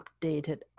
updated